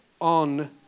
on